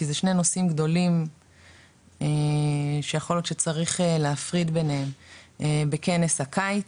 כי זה שני נושאים גדולים שיכול להיות שצריך להפריד ביניהם בכנס הקיץ,